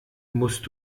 musst